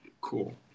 Cool